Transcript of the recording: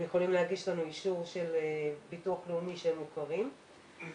הם יכולים להגיש לנו אישור של ביטוח לאומי שהם מוכרים ואישור